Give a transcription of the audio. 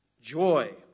Joy